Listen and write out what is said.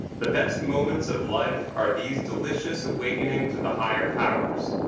the best moments of life are these delicious awakenings of the higher powers,